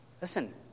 Listen